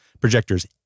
projectors